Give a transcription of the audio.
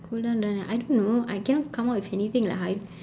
cool down run and I don't know I cannot come out with anything with like hy~